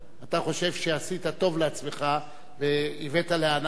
אתה חושב שעשית טוב לעצמך והבאת להנאה,